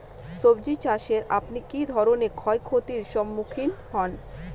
সবজী চাষে আপনি কী ধরনের ক্ষয়ক্ষতির সম্মুক্ষীণ হন?